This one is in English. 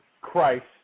Christ